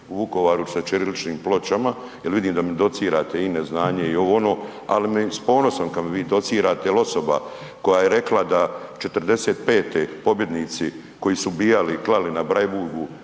u Vukovaru sa ćiriličnim pločama jer vidim da mi docirate i neznanje i ovo i ono, ali s ponosom kada vi mi docirate jel osoba koja je rekla da '45. pobjednici koji su ubijali i klali na Bleiburgu